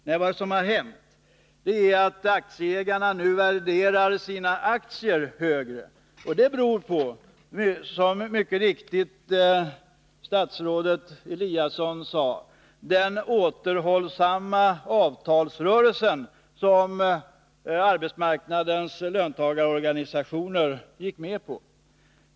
Nej, vad som har hänt är att aktieägarna nu värderar sina aktier högre. Anledningen härtill är, som statsrådet Eliasson helt riktigt sade, den återhållsamma avtalsrörelsen, som arbetsmarknadens löntagarorganisationer gick med på.